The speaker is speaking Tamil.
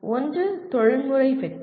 ஒன்று தொழில்முறை வெற்றி